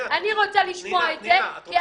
אני רוצה לשמוע את זה,